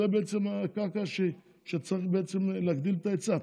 זה בעצם הקרקע שצריך להגדיל בה את ההיצע.